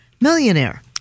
Millionaire